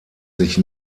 sich